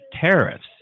tariffs